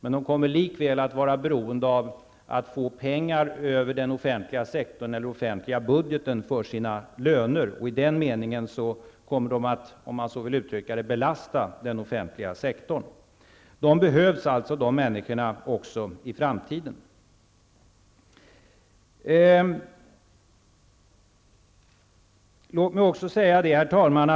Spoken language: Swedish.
Men de kommer likväl att vara beroende av att för sina löner få pengar över den offentliga budgeten, och de kommer alltså i den meningen att -- om man vill uttrycka sig på det viset -- belasta den offentliga sektorn. Dessa människor behövs alltså även i framtiden. Herr talman!